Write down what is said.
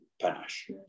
Panache